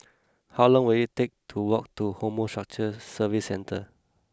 how long will it take to walk to Horticulture Services Centre